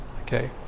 okay